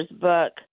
book